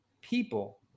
people